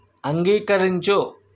అంగీకరించు